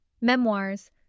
Memoirs